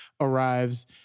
arrives